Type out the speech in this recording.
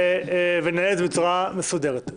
וננהל את זה בצורה מסודרת.